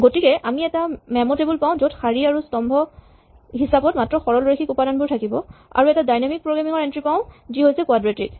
গতিকে আমি এটা মেম' টেবল পাওঁ য'ত শাৰী আৰু স্তম্ভৰ হিচাপত মাত্ৰ সৰলৰৈখিক উপাদানবোৰ থাকিব আৰু এটা ডাইনেমিক প্ৰগ্ৰেমিং এন্ট্ৰী পাওঁ যি হৈছে কোৱাড্ৰেটিক